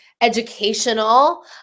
educational